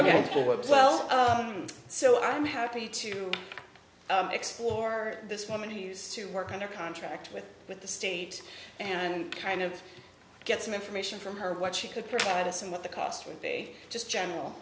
as well so i'm happy to explore this woman who used to work under contract with with the state and kind of get some information from her what she could provide us and what the cost would be just general